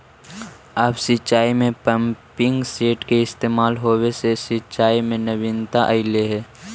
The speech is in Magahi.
अब सिंचाई में पम्पिंग सेट के इस्तेमाल होवे से सिंचाई में नवीनता अलइ हे